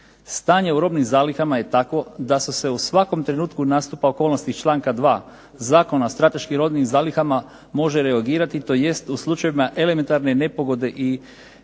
Stanje u robnim zalihama je takvo da su se u svakom trenutku nastupa okolnosti iz članka 2. Zakona o strateškim robnim zalihama može .../Govornik se ne razumije./... tj. u slučajevima elementarne nepogode i